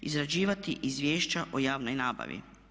Izrađivati izvješća o javnoj nabavi.